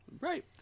Right